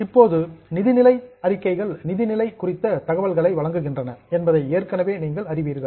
இப்போது நிதி நிலை அறிக்கைகள் நிதி நிலை குறித்த தகவல்களை வழங்குகின்றன என்பதை ஏற்கனவே நீங்கள் அறிவீர்கள்